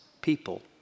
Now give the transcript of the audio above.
people